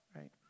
right